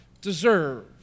deserve